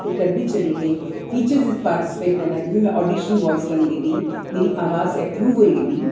एह् करदी चली गेई फीचर्स च पार्टीसिपेट करना क्यूंकि में आडॅिशन वाॅईस बनी गेदी ही मेरी आवाज़ अप्रूव होई गेदी ही